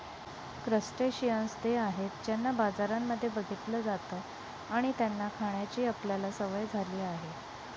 crustaceans ते आहेत ज्यांना बाजारांमध्ये बघितलं जात आणि त्यांना खाण्याची आपल्याला सवय झाली आहे